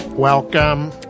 Welcome